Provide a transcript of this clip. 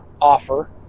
offer